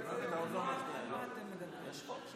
הממשלה להעביר לראש הממשלה את סמכויות השר לירושלים ומורשת,